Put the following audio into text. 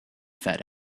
fat